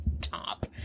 Top